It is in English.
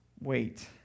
wait